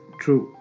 true